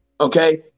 okay